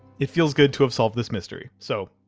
it feels good to have solved this mystery, so.